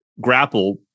grapple